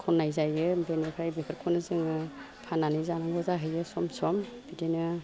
खन्नाय जायो बिनिफ्राय बेफोरखौनो जोङो फान्नानै जानांगौ जाहैयो सम सम बिदिनो